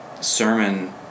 sermon